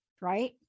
Right